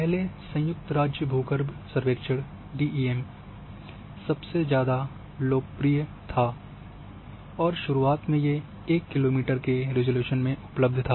पहले USGS DEM सबसे ज़्यादा लोकप्रिय थाऔर शुरूआत में ये 1 किलोमीटर के रिज़ॉल्यूशन में उपलब्ध था